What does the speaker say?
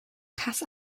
cass